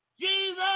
Jesus